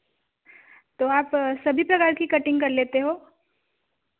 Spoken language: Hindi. तो आप सभी तरह की कटिंग कर लेते हो